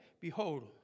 Behold